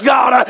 God